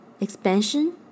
expansion